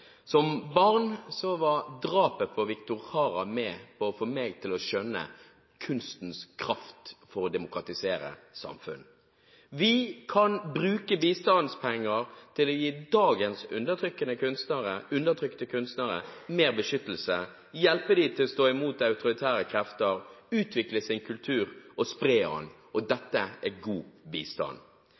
Som barn var drapet på Victor Jara med på å få meg til å skjønne kunstens kraft for å demokratisere et samfunn. Vi kan bruke bistandspenger til å gi dagens undertrykte kunstnere mer beskyttelse, hjelpe dem til å stå imot autoritære krefter, utvikle sin kultur og spre den. Dette er god bistand.